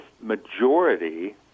majority